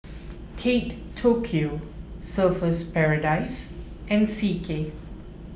Kate Tokyo Surfer's Paradise and C K